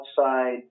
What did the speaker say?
outside